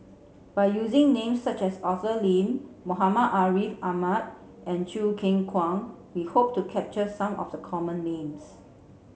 by using names such as Arthur Lim Muhammad Ariff Ahmad and Choo Keng Kwang we hope to capture some of the common names